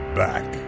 back